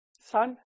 son